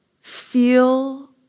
feel